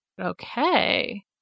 Okay